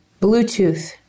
bluetooth